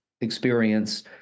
experience